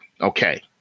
Okay